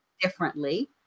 differently